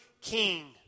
king